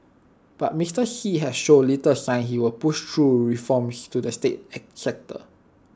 but Mister Xi has shown little sign he will push through reforms to the state sector